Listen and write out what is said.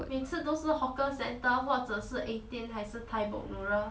每次都是 hawker centre 或者是:huo shi eighteen 还是 thai boat noodle